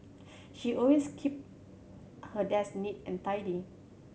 she always keep her desk neat and tidy